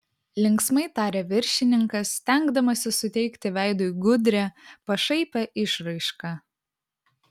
linksmai tarė viršininkas stengdamasis suteikti veidui gudrią pašaipią išraišką